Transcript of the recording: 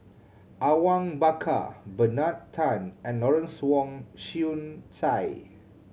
Awang Bakar Bernard Tan and Lawrence Wong Shyun Tsai